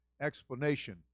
explanation